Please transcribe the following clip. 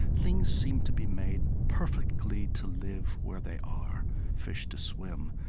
things seem to be made perfectly to live where they are fish to swim,